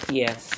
yes